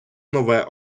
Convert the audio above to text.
нове